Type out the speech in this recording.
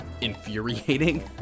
infuriating